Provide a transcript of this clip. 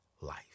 life